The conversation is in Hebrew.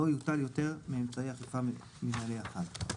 לא יוטל יותר מאמצעי אכיפה מינהלי אחר.